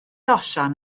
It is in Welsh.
osian